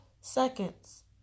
seconds